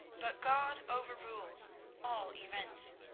but god overrules all events,